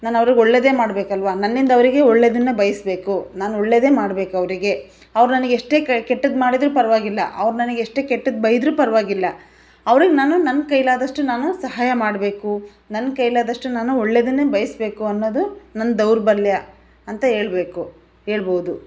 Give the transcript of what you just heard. ನಾನು ಅವ್ರಿಗೆ ಒಳ್ಳೆಯದೇ ಮಾಡಬೇಕಲ್ವಾ ನನ್ನಿಂದ ಅವರಿಗೆ ಒಳ್ಳೆಯದನ್ನ ಬಯಸ್ಬೇಕು ನಾನು ಒಳ್ಳೆಯದೇ ಮಾಡ್ಬೇಕು ಅವರಿಗೆ ಅವ್ರು ನನಗೆ ಎಷ್ಟೇ ಕೆಟ್ಟದ್ದು ಮಾಡಿದರೂ ಪರವಾಗಿಲ್ಲ ಅವ್ರು ನನಗೆ ಎಷ್ಟೇ ಕೆಟ್ಟದ್ದು ಬೈದರೂ ಪರವಾಗಿಲ್ಲ ಅವ್ರಿಗೆ ನಾನು ನನ್ನ ಕೈಲಾದಷ್ಟು ನಾನು ಸಹಾಯ ಮಾಡಬೇಕು ನನ್ನ ಕೈಲಾದಷ್ಟು ನಾನು ಒಳ್ಳೆಯದನ್ನೇ ಬಯಸ್ಬೇಕು ಅನ್ನೋದು ನಂದು ದೌರ್ಬಲ್ಯ ಅಂತ ಹೇಳಬೇಕು ಹೇಳ್ಬೌದು